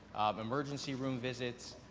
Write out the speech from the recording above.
emergency room visits,